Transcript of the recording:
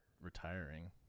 retiring